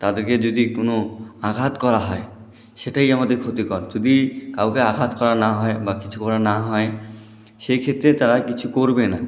তাদেরকে যদি কোনও আঘাত করা হয় সেটাই আমাদের ক্ষতিকর যদি কাউকে আঘাত করা না হয় বা কিছু করা না হয় সেই ক্ষেত্রে তারা কিছু করবে না